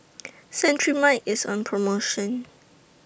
Cetrimide IS on promotion